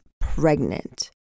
pregnant